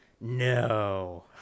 No